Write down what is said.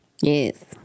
Yes